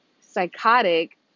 psychotic